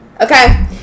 Okay